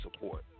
support